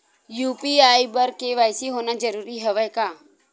UPI बर KYC होना जरूरी हवय का?